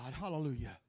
Hallelujah